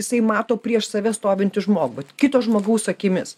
jisai mato prieš save stovintį žmogų kito žmogaus akimis